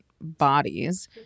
bodies